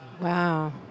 Wow